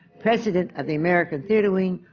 president of the american theatre wing,